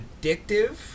addictive